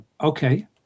okay